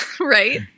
Right